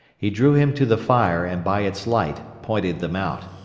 he drew him to the fire and by its light pointed them out.